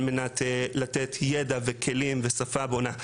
על מנת לתת ידע וכלים ושפה בונה,